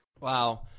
Wow